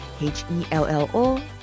H-E-L-L-O